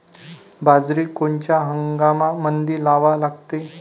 बाजरी कोनच्या हंगामामंदी लावा लागते?